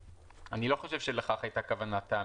אני לא חושב שכך הייתה כוונת המחוקק.